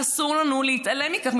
ואסור לנו להתעלם מכך,